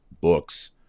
books